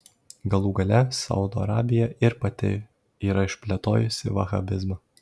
galų gale saudo arabija ir pati yra išplėtojusi vahabizmą